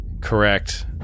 Correct